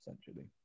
essentially